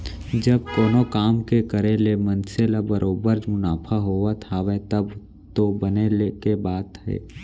जब कोनो काम के करे ले मनसे ल बरोबर मुनाफा होवत हावय तब तो बने के बात हे